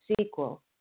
sequel